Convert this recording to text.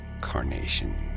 carnation